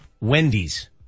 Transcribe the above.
Wendy's